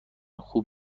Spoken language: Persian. خوب